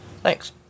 Thanks